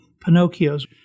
Pinocchio's